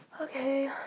Okay